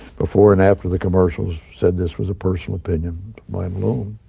before and after the commercials, said this was a person opinion, mine alone.